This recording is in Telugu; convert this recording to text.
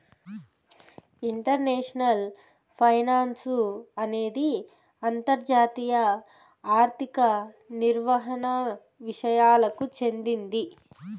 ఇంటర్నేషనల్ ఫైనాన్సు అనేది అంతర్జాతీయ ఆర్థిక నిర్వహణ విసయాలకు చెందింది